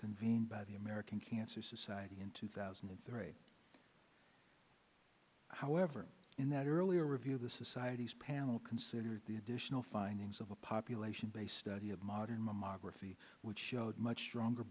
convened by the american cancer society in two thousand and three however in that earlier review of the society's panel considered the additional findings of a population based study of modern mammography which showed much stronger